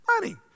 Money